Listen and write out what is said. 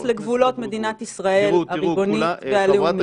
לגבולות מדינת ישראל הריבונית והלאומית.